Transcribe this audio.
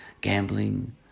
gambling